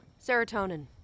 Serotonin